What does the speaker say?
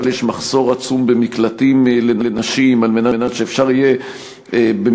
יש מחסור עצום במקלטים לנשים על מנת שאפשר יהיה במקרה